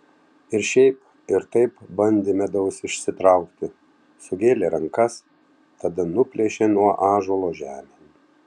ir šiaip ir taip bandė medaus išsitraukti sugėlė rankas tada nuplėšė nuo ąžuolo žemėn